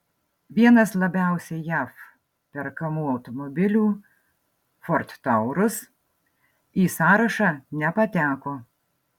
vienas labiausiai jav perkamų automobilių ford taurus į sąrašą nepateko